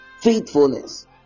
faithfulness